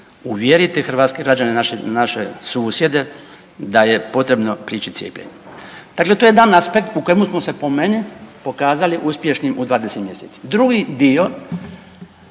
uvjeriti hrvatske građane, naše susjede da je potrebno prići cijepljenju. Dakle, to je jedan aspekt u kojemu smo se po meni pokazali uspješnim u 20 mjeseci.